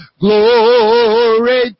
Glory